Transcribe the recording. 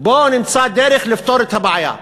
בואו נמצא דרך לפתור את הבעיה.